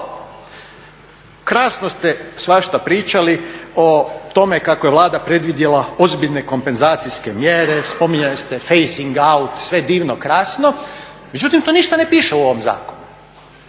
krasno ste svašta pričali o tome kako je Vlada predvidjela ozbiljne kompenzacijske mjere, spominjali ste …, sve divno, krasno, međutim to ništa ne piše u ovom zakonu.